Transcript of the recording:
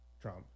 Trump